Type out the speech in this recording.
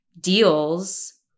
deals